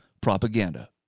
propaganda